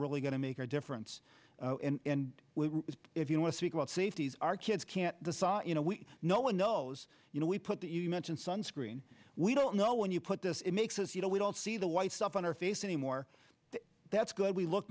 really going to make a difference and if you want to speak about safety our kids can't the saw you know we no one knows you know we put that you mentioned sunscreen we don't know when you put this in makes us you know we don't see the white stuff on our face anymore that's good we look